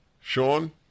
Sean